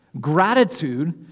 Gratitude